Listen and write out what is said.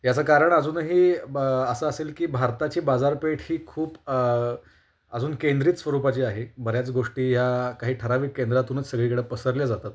याचं कारण अजूनही ब असं असेल की भारताची बाजारपेठ ही खूप अजून केंद्रीत स्वरूपाची आहे बऱ्याच गोष्टी ह्या काही ठराविक केंद्रातूनच सगळीकडं पसरल्या जातात